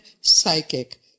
psychic